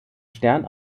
stern